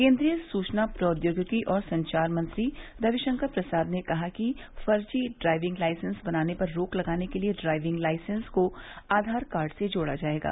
केन्द्रीय सूचना प्रौद्योगिकी और संचार मंत्री रविशंकर प्रसाद ने कहा है कि फर्जी ड्राइविंग लाइसेंस बनाने पर रोक लगाने के लिए ड्राइविंग लाइसेंस को आधार कार्ड से जोड़ा जाएगा